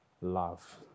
love